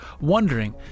wondering